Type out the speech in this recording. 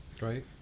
Right